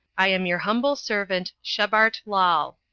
i am your humble servant shebart lall.